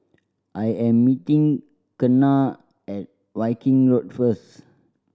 I am meeting Kenna at Viking Road first